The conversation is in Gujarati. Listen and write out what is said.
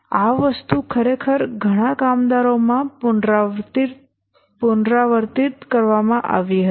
આ વસ્તુ ખરેખર ઘણાં કામદારોમાં પુનરાવર્તિત કરવામાં આવી હતી